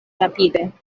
rapide